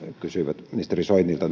kysyi ministeri soinilta